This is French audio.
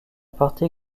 partie